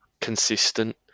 consistent